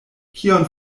kion